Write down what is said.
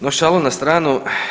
No šalu na stranu.